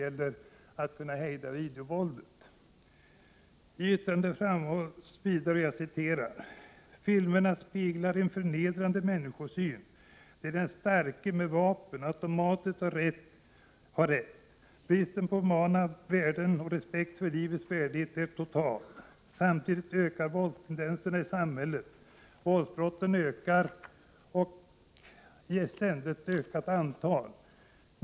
I yttrandet framhålls: ”Filmerna speglar en förnedrande människosyn, där den starke, med vapen, automatiskt har rätt. Bristen på humana värden och respekt för livets värdighet är total. Samtidigt ökar våldstendenserna i samhället. Våldsbrotten ökar ständigt i antal.